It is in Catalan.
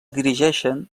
dirigeixen